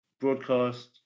broadcast